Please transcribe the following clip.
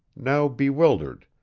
now bewildered,